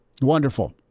Wonderful